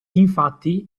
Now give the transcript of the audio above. infatti